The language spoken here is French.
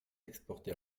exportées